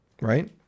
Right